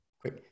Quick